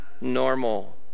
normal